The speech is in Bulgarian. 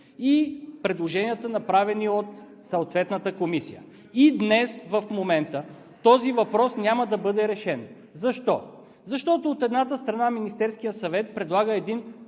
и предложенията, направени от съответната комисия. И днес, в момента, този въпрос няма да бъде решен. Защо? Защото, от едната страна, Министерският съвет предлага един